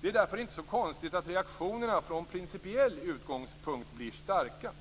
Det är därför inte så konstigt att reaktionerna från principiell utgångspunkt blir starka.